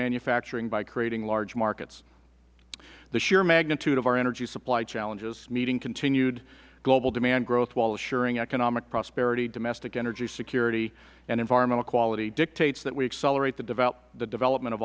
manufacturing by creating large markets the sheer magnitude of our energy supply challenges meeting continued global demand growth while assuring economic prosperity domestic energy security and environmental quality dictates that we accelerate the development of